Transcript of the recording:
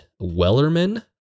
Wellerman